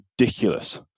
ridiculous